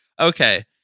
Okay